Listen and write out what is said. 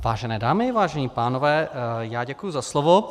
Vážené dámy, vážení pánové, já děkuji za slovo.